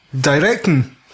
directing